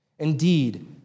Indeed